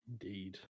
Indeed